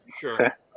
Sure